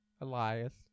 Elias